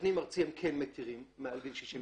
בפנים-ארצי הם כן מתירים מעל גיל 65,